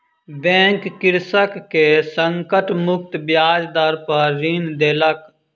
bank कृषक के संकट मुक्त ब्याज दर पर ऋण देलक